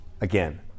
Again